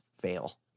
fail